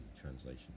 translation